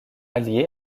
alliés